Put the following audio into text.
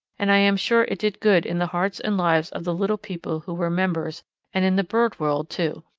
and i am sure it did good in the hearts and lives of the little people who were members and in the bird world, too.